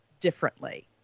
differently